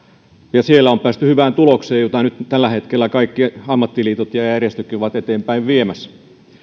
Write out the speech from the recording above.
ja siellä on päästy hyvään tulokseen jota tällä hetkellä kaikki ammattiliitot ja ja järjestöt ovat eteenpäin viemässä